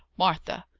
martha,